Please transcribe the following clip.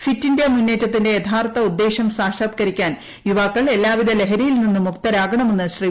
fit India മുന്നേറ്റത്തിന്റെ യഥാർത്ഥ ഉദ്ദേശം സാക്ഷാത്കരിക്കാൻ യുവാക്കൾ എല്ലാവിധ ലഹരിയിൽ നിന്നും മുക്തരാകണമെന്ന് ശ്രീ